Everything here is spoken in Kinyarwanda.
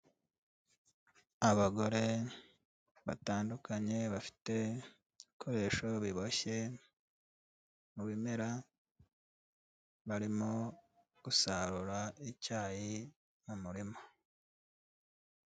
Abagore batandukanye bafite ibikoresho biboshye mu bimera, barimo gusarura icyayi mu muririma.